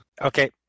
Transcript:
Okay